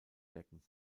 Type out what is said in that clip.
decken